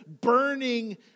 burning